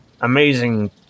amazing